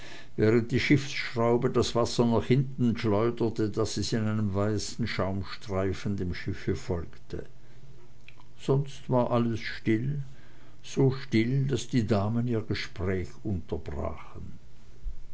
während die schiffsschraube das wasser nach hinten schleuderte daß es in einem weißen schaumstreifen dem schiffe folgte sonst war alles still so still daß die damen ihr gespräch unterbrachen